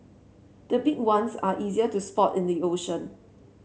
the big ones are easier to spot in the ocean